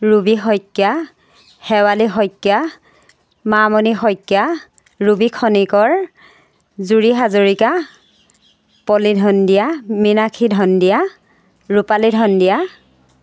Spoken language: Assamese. ৰুবি শইকীয়া শেৱালী শইকীয়া মামণি শইকীয়া ৰুবি খনিকৰ জুৰি হাজৰিকা পলি ধন্দিয়া মীনক্ষী ধন্দিয়া ৰূপালী ধন্দিয়া